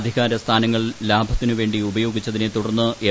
അധികാര സ്ഥാനങ്ങൾ ലാഭത്തിന് വേണ്ടി ഉപയോഗിച്ചതിനെ തുടർന്ന് എം